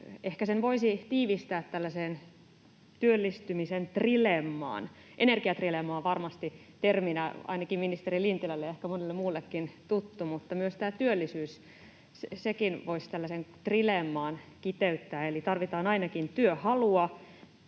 ehkä sen voisi tiivistää tällaiseen työllistymisen trilemmaan. Energiatrilemma on varmasti terminä tuttu ainakin ministeri Lintilälle, ehkä monelle muullekin, mutta myös työllisyyden voisi tällaiseen trilemmaan kiteyttää. Eli tarvitaan ainakin työhalua,